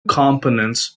components